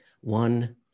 one